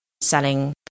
selling